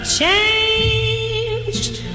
changed